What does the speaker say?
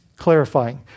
Clarifying